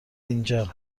اینجا